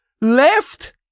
Left